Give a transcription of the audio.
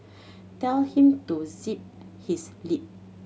tell him to zip his lip